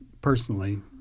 personally